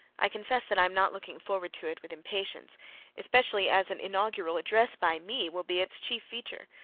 i confess that i am not looking forward to it with impatience especially as an inaugural address by me will be its chief feature.